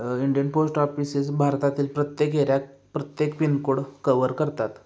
Indian post offices भारतातील प्रत्येक एऱ्यात प्रत्येक पिन कोड कवर करतात